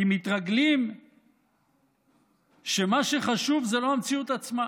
כי מתרגלים שמה שחשוב זה לא המציאות עצמה